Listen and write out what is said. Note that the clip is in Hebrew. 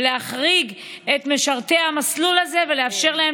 להחריג את משרתי המסלול הזה ולאפשר להם